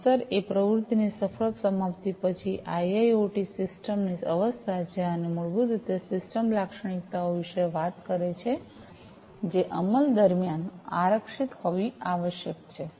અસર એ પ્રવૃત્તિની સફળ સમાપ્તિ પછી આઈઆઈઑટી સિસ્ટમની અવસ્થા છે અને મૂળભૂત રીતે સિસ્ટમ લાક્ષણિકતાઓ વિશે વાત કરે છે જે અમલ દરમિયાન આરક્ષિત હોવી આવશ્યક છે